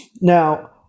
Now